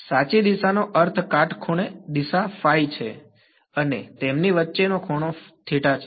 સાચી દિશાનો અર્થ કાટખૂણે દિશા છે અને તેમની વચ્ચેનો ખૂણો છે